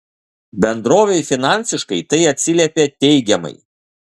bendrovei finansiškai tai atsiliepė teigiamai